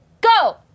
Go